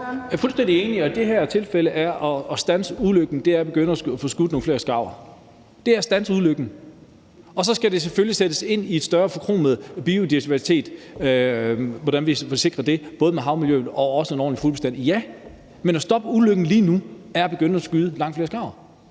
Jeg er fuldstændig enig. Og i det her tilfælde er det at standse ulykke at begynde at få skudt nogle flere skarver. Det er at standse ulykken. Så skal det selvfølgelig sættes ind i en større forkromet biodiversitet, så vi får sikret det, både hvad angår havmiljø og en ordentlig fuglebestand. Ja, men at stoppe ulykken lige nu gør man ved begynde at skyde langt flere skarver.